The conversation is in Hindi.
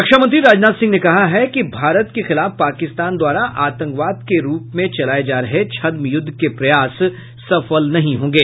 रक्षामंत्री राजनाथ सिंह ने कहा है कि भारत के खिलाफ पाकिस्तान द्वारा आतंकवाद के रूप में चलाये जा रहे छ्द्मयुद्ध के प्रयास सफल नहीं होंगे